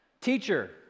Teacher